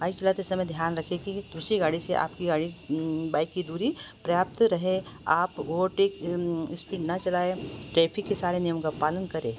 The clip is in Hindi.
बाईक चलाते समय ध्यान रखिए कि दूसरी गाड़ी से आपकी गाड़ी बाईक की दूरी पर्याप्त रहे आप ओवरटेक स्पीड न चलाएं ट्रैफिक के सारे नियम का पालन करें